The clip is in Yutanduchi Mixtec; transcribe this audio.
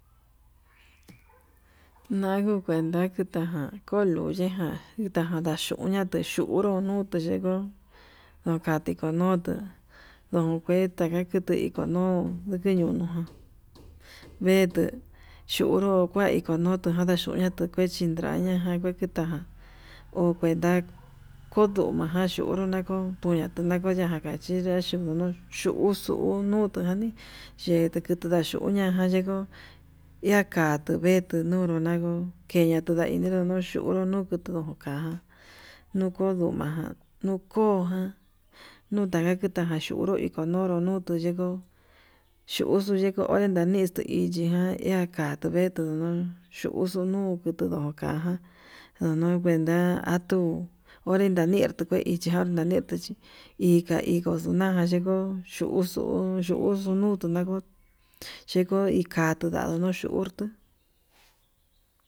Naguu kuenta kutaján koluye ján ndañachonra tiyunruu nuu, teyenguo nukate kunutu ndonkueta kakute iko no'o ndukeñono ján, vetuu chunruu kua ikonutu tuña tuechi ndikin taña'a jan kueta ján ho kuenta yunrujan nako tuñaka nakoka chí, ye'e xunuu chuxuu nutujani ye'e kete ndanjuña ján yeko ñakatuu vetuu ndununru ndanguu, keña tundaini yuxunru nukutu ka'a nunguu nduma ján nuu kojan nundaka kenraka nuxhunru ndiko onunru yu tuyeko yuxhu neko onre nanixte'í iyigan iha katuu vetu ndujun yujun nutu, ndudukaján ndono keunta otuu onren nandii tukuei ichijan naneti ichijan nunan ndandeko, xuu yuxu nuu tunako yeko ikatuu ndau yono xhutu.